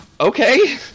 Okay